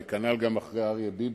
וכנ"ל גם אחרי אריה ביבי,